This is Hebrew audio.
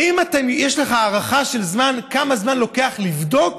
האם יש לך הערכה זמן כמה זמן לוקח לבדוק?